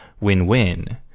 win-win